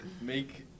make